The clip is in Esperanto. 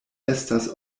estas